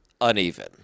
uneven